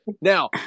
Now